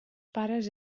pares